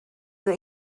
that